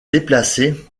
déplacé